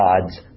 God's